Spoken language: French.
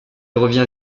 revient